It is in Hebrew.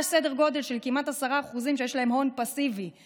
יש סדר גודל של כמעט 10% שיש להם הון פסיבי,